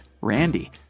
Randy